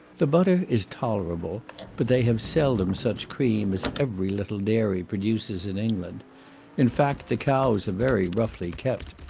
the butter is tolerable but they have seldom such cream as every little dairy produces in england in fact, the cows are very roughly kept,